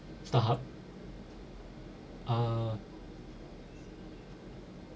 Starhub ah